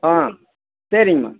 ஆ சரிங்கம்மா